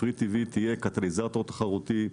פרי טיוי תהיה קטליזטור תחרותי,